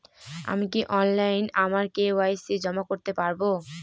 আমি কি অনলাইন আমার কে.ওয়াই.সি জমা করতে পারব?